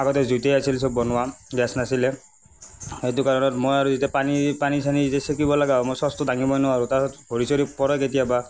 আগতে জুইতে আছিল চব বনোৱা গেছ নাছিলে সেইটো কাৰণত মই আৰু যেতিয়া পানী পানী চানী যেতিয়া চেকিব লগা হয় মই চচটো দাঙিবই নোৱাৰোঁ তাৰপাছত ভৰি চৰিত পৰে কেতিয়াবা